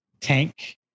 tank